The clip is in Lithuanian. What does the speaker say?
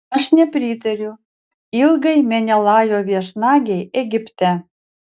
aš nepritariu ilgai menelajo viešnagei egipte